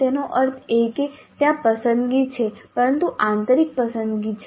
તેનો અર્થ એ કે ત્યાં પસંદગી છે પરંતુ આંતરિક પસંદગી છે